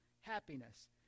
happiness